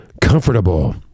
comfortable